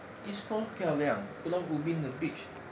east coast 漂亮 pulau ubin 的 beach